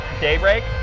daybreak